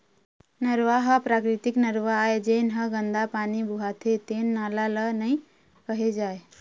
नरूवा ह प्राकृतिक नरूवा आय, जेन ह गंदा पानी बोहाथे तेन नाला ल नइ केहे जाए